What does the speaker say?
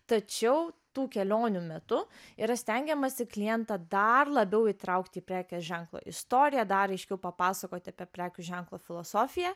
tačiau tų kelionių metu yra stengiamasi klientą dar labiau įtraukti į prekės ženklo istoriją dar aiškiau papasakoti apie prekių ženklo filosofiją